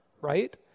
right